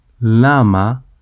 Lama